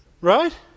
Right